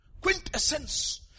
Quintessence